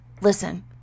Listen